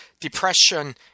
depression